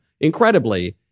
incredibly